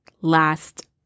last